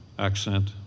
accent